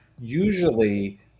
usually